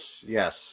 yes